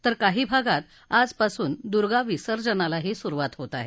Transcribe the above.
तर काही भागात आजपासून दुर्गा विसर्जनालाही सुरुवात होत आहे